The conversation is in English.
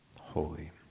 holy